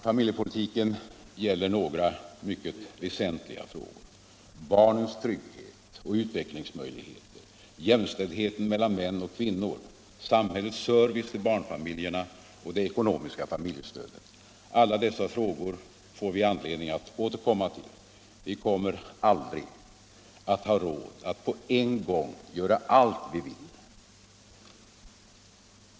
Familjepolitiken gäller några mycket väsentliga frågor —- barnens trygghet och utvecklingsmöjligheter, jämställdheten mellan män och kvinnor, samhällets service till barnfamiljerna och det ekonomiska familjestödet. Alla dessa frågor får vi anledning att återkomma till. Vi kommer aldrig att ha råd att på en gång göra allt vi vill.